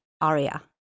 Aria